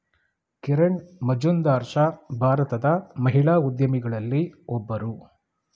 ಕಿರಣ್ ಮಜುಂದಾರ್ ಶಾ ಭಾರತದ ಮಹಿಳಾ ಉದ್ಯಮಿಗಳಲ್ಲಿ ಒಬ್ಬರು